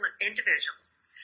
individuals